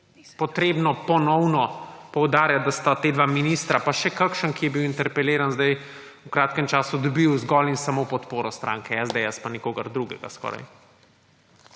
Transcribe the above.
treba ponovno poudarjati, da sta ta dva ministra, pa še kakšen, ki je bil interpeliran zdaj v kratkem času, dobili zgolj in samo podporo stranke SDS, pa nikogar drugega skoraj.